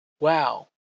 wow